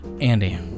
Andy